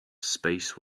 space